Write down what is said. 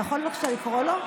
אתה יכול, בבקשה, לקרוא לו?